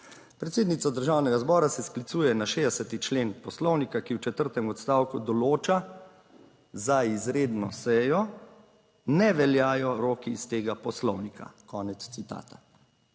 Predsednica Državnega zbora se sklicuje na 60. člen poslovnika, ki v četrtem odstavku določa: "Za izredno sejo ne veljajo roki iz tega poslovnika." Konec citata.